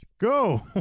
go